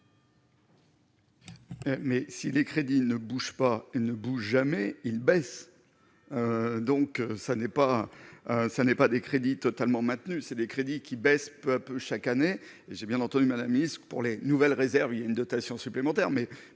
Mais si les crédits ne bouge pas, il ne bouge jamais il baisse, donc ça n'est pas ça n'est pas des crédits totalement maintenu, c'est des crédits qui baissent peu à peu chaque année, j'ai bien entendu mal la mise pour les nouvelles réserves il y a une dotation supplémentaire,